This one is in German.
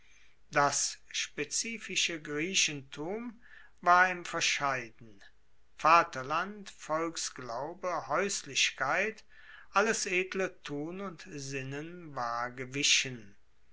das spezifische griechentum war im verscheiden vaterland volksglaube haeuslichkeit alles edle tun und sinnen war gewichen